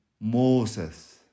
Moses